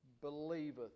believeth